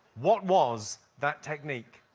what was that technique?